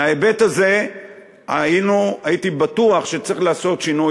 מההיבט הזה הייתי בטוח שצריך לעשות שינוי.